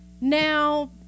now